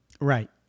Right